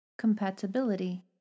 Compatibility